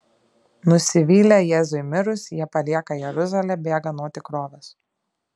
nusivylę jėzui mirus jie palieka jeruzalę bėga nuo tikrovės